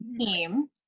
team